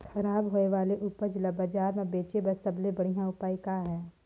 खराब होए वाले उपज ल बाजार म बेचे बर सबले बढ़िया उपाय का हे?